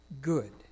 good